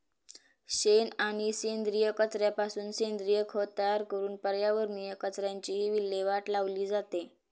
शेण आणि सेंद्रिय कचऱ्यापासून सेंद्रिय खत तयार करून पर्यावरणीय कचऱ्याचीही विल्हेवाट लावली जाते